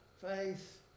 faith